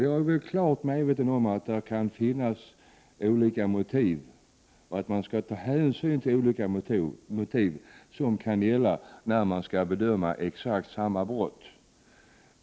Jag är klart medveten om att det kan finnas olika motiv och att man skall ta hänsyn till olika motiv vid bedömningen av exakt lika brott.